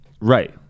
Right